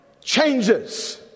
changes